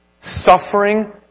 Suffering